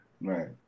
Right